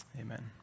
Amen